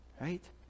right